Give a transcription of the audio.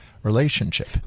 relationship